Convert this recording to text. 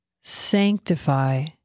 Sanctify